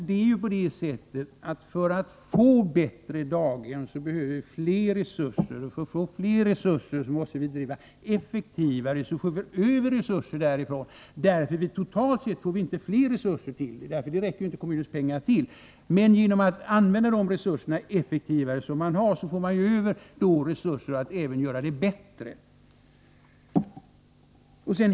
Det är ju på det sättet att för att få bättre daghem behöver vi ytterligare resurser, och för att få ytterligare resurser måste vi driva daghemmen effektivare, så att vi får resurser över. Totalt sett får vi inte mer resurser, för det räcker inte kommunens pengar till. Genom att använda de resurser man har effektivare får man emellertid resurser över till förbättringar.